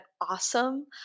awesome